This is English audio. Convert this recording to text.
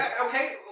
Okay